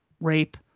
rape